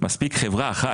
מספיק חברה אחת,